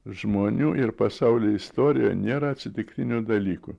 žmonių ir pasaulio istorijoj nėra atsitiktinių dalykų